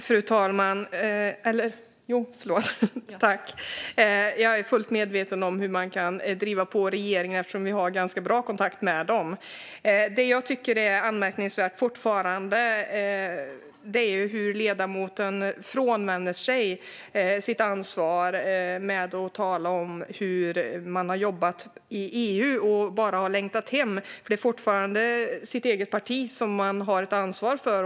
Fru talman! Jag är fullt medveten om hur man kan driva på regeringen. Vi har en ganska bra kontakt med den. Det jag fortfarande tycker är anmärkningsvärt är hur ledamoten frånhänder sig sitt ansvar genom att tala om hur man har jobbat i EU och bara har längtat hem. Det är fortfarande sitt eget parti som man har ett ansvar för.